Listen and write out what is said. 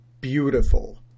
beautiful